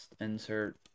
insert